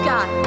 God